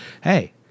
hey